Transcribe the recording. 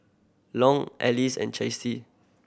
Long Alice and Chasity